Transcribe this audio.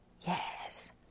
Yes